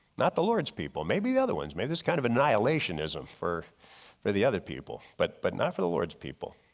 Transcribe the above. not the lord's people. maybe the other ones may this kind of annihilation isn't for for the other people but but not for the lord's people.